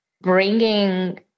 bringing